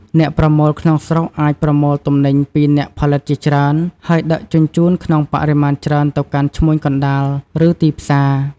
អ្នកប្រមូលក្នុងស្រុកអាចប្រមូលទំនិញពីអ្នកផលិតជាច្រើន ហើយដឹកជញ្ជូនក្នុងបរិមាណច្រើនទៅកាន់ឈ្មួញកណ្តាល ឬទីផ្សារ។